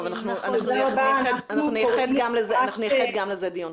אנחנו נייחד גם לזה דיון.